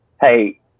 hey